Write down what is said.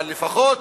אבל לפחות,